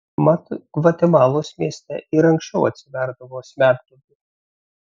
mat gvatemalos mieste ir anksčiau atsiverdavo smegduobių